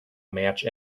match